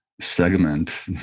segment